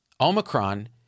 Omicron